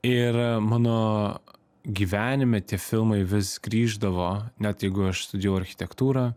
ir mano gyvenime tie filmai vis grįždavo net jeigu aš studijavau architektūrą